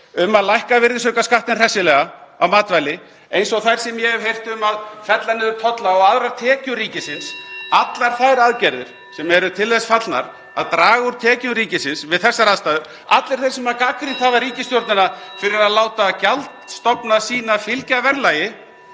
um að lækka virðisaukaskattinn hressilega á matvæli, eins og þær sem ég hef heyrt um að fella niður tolla og aðrar tekjur ríkisins, (Forseti hringir.) allar þær aðgerðir sem eru til þess fallnar að draga úr tekjum ríkisins við þessar aðstæður — allir þeir sem gagnrýnt hafa ríkisstjórnina (Forseti hringir.) fyrir að láta gjaldstofna sína fylgja verðlagi